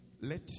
Let